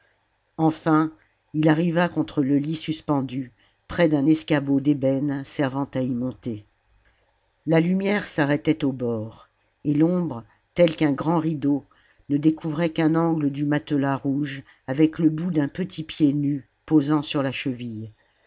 enfin il arriva contre le ht suspendu près d'un escabeau d'ébène servant à y monter la lumière s'arrêtait au bord et l'ombre telle qu'un grand rideau ne découvrait qu'un angle du matelas rouge avec le bout d'un petit pied nu posant sur la cheville